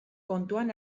kontuan